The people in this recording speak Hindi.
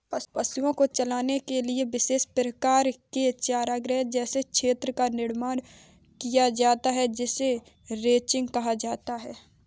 पशुओं को चराने के लिए विशेष प्रकार के चारागाह जैसे क्षेत्र का निर्माण किया जाता है जिसे रैंचिंग कहा जाता है